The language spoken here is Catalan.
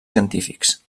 científics